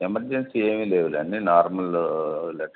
emergency ఏమీ లేవులే అన్నీ నార్మల్ లెటర్సే